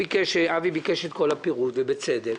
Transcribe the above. אבי ניסנקורן ביקש את כל הפירוט, ובצדק.